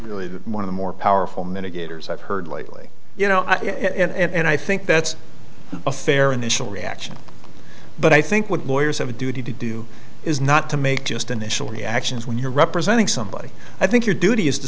really one of the more powerful mitigators i've heard lately you know and i think that's a fair initial reaction but i think what lawyers have a duty to do is not to make just initial reactions when you're representing somebody i think your duty is to